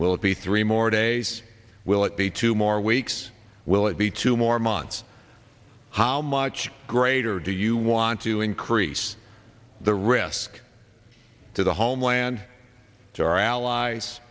it be three more days will it be two more weeks will it be two more months how much greater do you want to increase the risk to the homeland to our allies